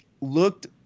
looked